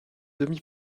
demi